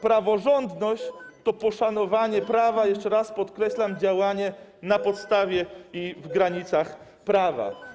Praworządność to poszanowanie prawa, jeszcze raz podkreślam, działanie na podstawie i w granicach prawa.